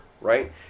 right